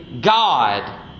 God